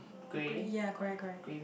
grey ya correct correct